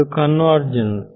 ಅದು ಕನ್ವರ್ಜನ್ಸ್